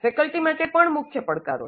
faculty માટે પણ મુખ્ય પડકારો છે